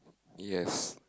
yes